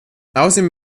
außerdem